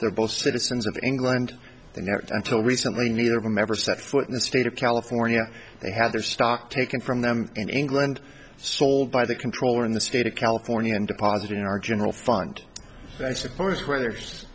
they're both citizens of england and you know until recently neither of them ever set foot in the state of california they had their stock taken from them in england sold by the comptroller in the state of california and deposited in our general fund so i suppose